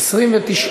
4 נתקבלו.